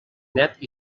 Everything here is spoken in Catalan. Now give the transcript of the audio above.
net